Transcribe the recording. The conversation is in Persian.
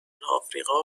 آفریقا